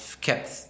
kept